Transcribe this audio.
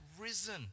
risen